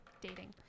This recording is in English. dating